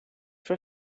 for